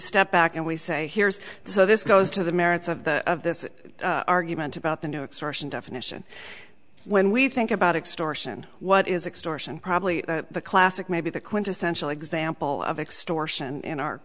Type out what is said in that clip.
step back and we say here's so this goes to the merits of the of this argument about the new extortion definition when we think about extortion what is extortion probably the classic maybe the quintessential example of extortion in our